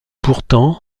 pourtant